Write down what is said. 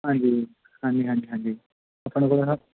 ਹਾਂਜੀ ਜੀ ਹਾਂਜੀ ਹਾਂਜੀ ਹਾਂਜੀ ਆਪਣੇ ਕੋਲ